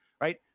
right